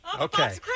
okay